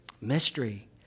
Mystery